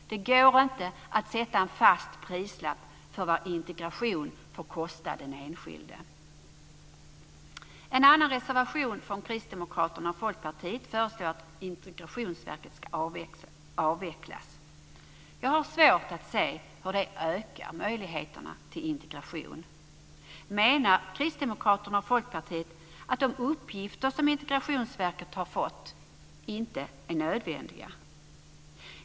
Det går inte att sätta en fast prislapp på vad integration får kosta för den enskilde. Folkpartiet föreslår att Integrationsverket ska avvecklas. Jag har svårt att se hur det ökar möjligheterna till integration. Menar Kristdemokraterna och Folkpartiet att de uppgifter som Integrationsverket har fått inte är nödvändiga?